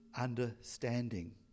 understanding